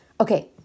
Okay